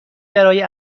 برای